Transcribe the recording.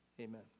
amen